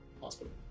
Hospital